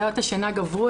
בעיות השינה גברו,